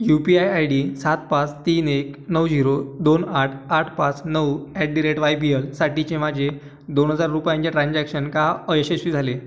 U P I I D सात पाच तीन एक नऊ झिरो दोन आठ आठ पाच नऊ at the rate Y B एलसाठीचे माझे दोन हजार रुपयांचे ट्रान्जॅक्शन का अयशस्वी झाले